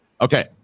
Okay